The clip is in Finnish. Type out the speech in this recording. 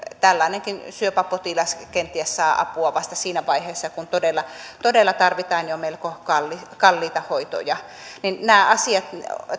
tällainenkin syöpäpotilas kenties saa apua vasta siinä vaiheessa kun todella todella tarvitaan jo melko kalliita kalliita hoitoja nämä asiat